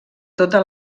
tota